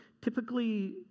typically